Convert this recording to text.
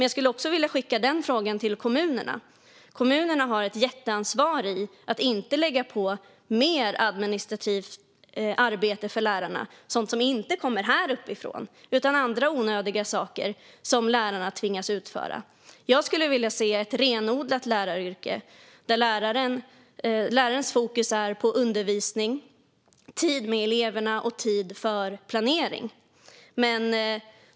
Jag vill också skicka frågan till kommunerna. De har ett jätteansvar för att inte lägga mer administration på lärare. Det handlar inte om sådant som kommer härifrån utan andra onödiga saker som lärarna tvingas utföra. Jag vill se ett renodlat läraryrke där läraren fokuserar på undervisning, elevtid och planering.